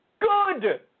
Good